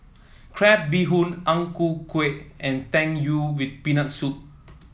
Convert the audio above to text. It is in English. Crab Bee Hoon Ang Ku Kueh and Tang Yuen with Peanut Soup